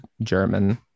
german